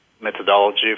methodology